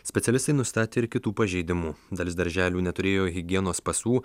specialistai nustatė ir kitų pažeidimų dalis darželių neturėjo higienos pasų